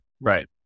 right